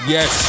Yes